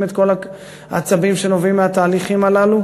את כל העצבים שנובעים מהתהליכים הללו?